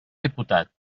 diputat